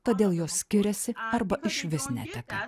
todėl jos skiriasi arba išvis neteka